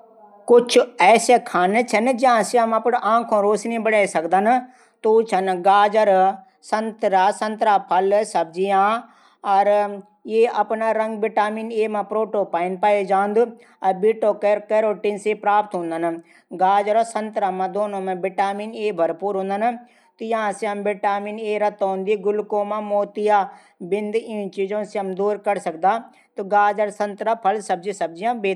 कुछ इन खाने छन ज्या से हम अपडी आःखो रोशनी बढै सकदा। तू ऊछन गाजर संतरा फल सब्जियां ई अपड रंग विटामिन ये मा प्रोटोपाइन पाये जांदू। य कैरोटाइन से प्राप्त हूदन। गाजर और संतरा मा विटामिन ए भरपूर हूंदन।